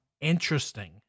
interesting